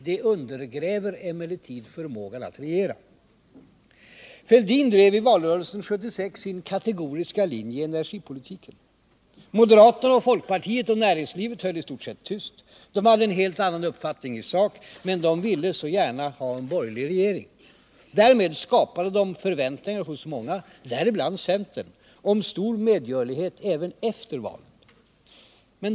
Det undergräver emellertid förmågan att regera. Fälldin drev i valrörelsen 1976 sin kategoriska linje i energipolitiken. Moderaterna och folkpartiet och näringslivet höll i stort sett tyst. De hade en helt annan uppfattning i sak. Men de ville så gärna ha en borgerlig regering. Därmed skapade de förväntningar hos många, däribland centern, om stor medgörlighet även efter valet.